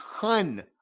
ton